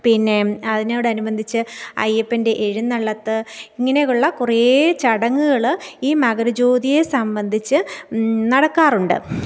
പിന്നെ അതിനോടനുബന്ധിച്ച് അയ്യപ്പൻ്റെ എഴുന്നള്ളത്ത് ഇങ്ങനെ ഒള്ള കുറേ ചടങ്ങുകൾ ഈ മകരജ്യോതിയെ സംബന്ധിച്ച് നടക്കാറുണ്ട്